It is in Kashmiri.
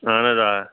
اہَن حظ آ